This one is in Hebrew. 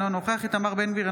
אינו נוכח איתמר בן גביר,